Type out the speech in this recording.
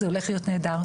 זה הולך להיות נהדר.